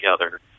together